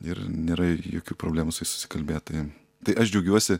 ir nėra jokių problemų su jais susikalbėt tai tai aš džiaugiuosi